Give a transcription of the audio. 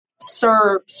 serve